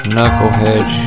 Knucklehead